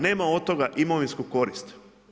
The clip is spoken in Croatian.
Nema od toga imovinsku korist.